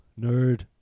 nerd